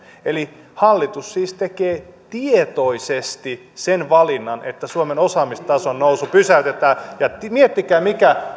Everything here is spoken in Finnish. eli hallitus siis tekee tietoisesti sen valinnan että suomen osaamistason nousu pysäytetään miettikää mikä